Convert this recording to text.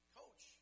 coach